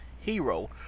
Hero